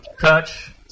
Touch